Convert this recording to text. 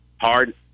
Hard